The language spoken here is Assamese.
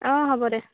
অঁ হ'ব দে